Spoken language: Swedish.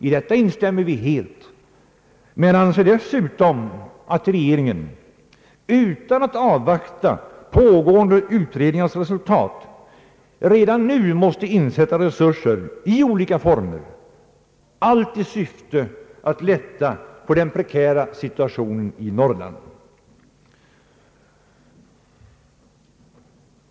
I detta instämmer vi helt, men vi anser dessutom att regeringen, utan att avvakta pågående utredningars resultat, redan nu måste insätta resurser i olika former, allt i syfte att lätta på den prekära situationen i Norrland.